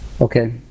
Okay